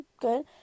good